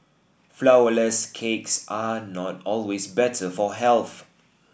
flourless cakes are not always better for health